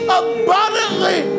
abundantly